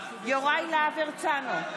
יוראי להב הרצנו,